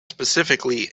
specifically